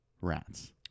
rats